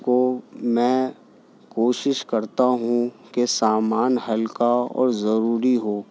کو میں کوشش کرتا ہوں کہ سامان ہلکا اور ضروری ہو